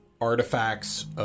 artifacts